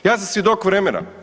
Ja sam svjedok vremena.